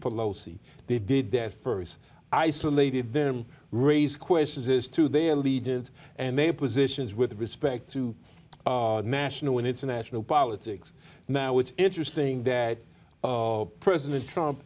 pelosi they did that for us isolated them raise questions as to their leaders and their positions with respect to national and international politics now it's interesting that president trump